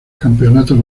campeonatos